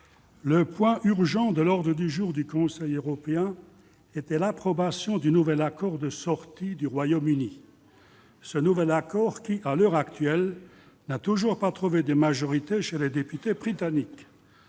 le point urgent de l'ordre du jour du Conseil européen était l'approbation du nouvel accord de sortie du Royaume-Uni, ce nouvel accord qui, à l'heure actuelle, n'a toujours pas trouvé de majorité chez les députés britanniques.